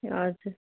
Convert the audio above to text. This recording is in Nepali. हजुर